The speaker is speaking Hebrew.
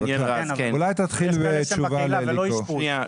אולי תתחיל בתשובה לאליקו.